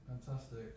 Fantastic